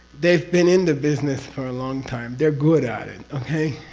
they've been in the business for a long time. they're good at it. okay?